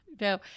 No